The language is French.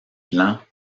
plan